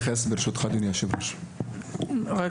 ברשותך אדוני היושב ראש, אני רוצה להתייחס.